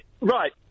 right